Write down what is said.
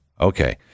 Okay